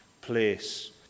place